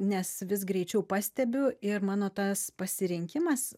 nes vis greičiau pastebiu ir mano tas pasirinkimas